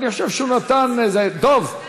אני חושב שהוא נתן, דב,